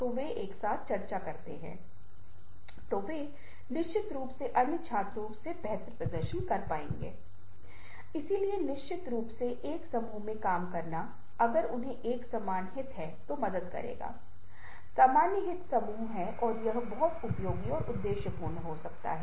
ठोस कविता शताब्दी के मध्य में एक महत्वपूर्ण आंदोलन बन गई और इस तरह की कविताओं में बहुत सारे प्रयोग किए गए जो छवियों और ग्रंथों को मिलाते थे और जहां ग्रंथ चित्र है और अपनेआप मे समकालीन संदर्भ के लिए इसका बहुत अधिक महत्व है